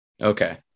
okay